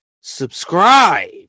Subscribe